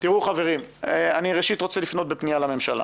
חברים, ראשית אני רוצה לפנות לממשלה